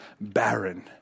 barren